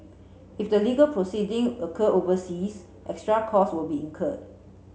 if the legal proceeding occur overseas extra costs will be incurred